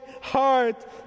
heart